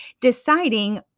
deciding